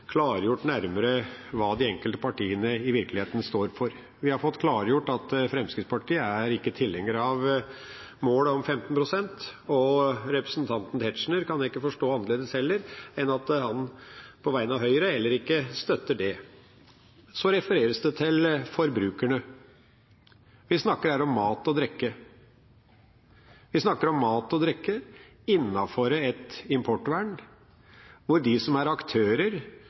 klargjort nærmere hva de enkelte partiene i virkeligheten står for. Vi har fått klargjort at Fremskrittspartiet ikke er tilhenger av målet om 15 pst., og representanten Tetzschner kan jeg heller ikke forstå annerledes enn at han på vegne av Høyre ikke støtter det. Så refereres det til forbrukerne. Vi snakker her om mat og drikke innenfor et importvern, hvor de som er aktører,